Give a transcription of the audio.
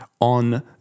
on